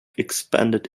expanded